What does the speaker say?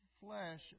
flesh